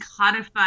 codified